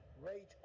rate